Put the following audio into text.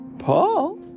Paul